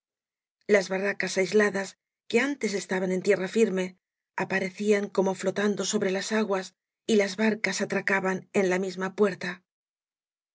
las barracas aisladas que antes estaban en tierra firme aparecían como flotando sobre las aguas y las barcas atracaban en la misma puerta